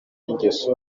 n’ingeso